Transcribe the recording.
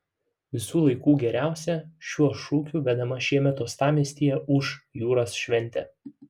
visų laikų geriausia šiuo šūkiu vedama šiemet uostamiestyje ūš jūros šventė